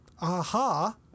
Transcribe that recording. Aha